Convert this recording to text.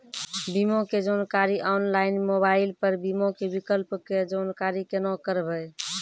बीमा के जानकारी ऑनलाइन मोबाइल पर बीमा के विकल्प के जानकारी केना करभै?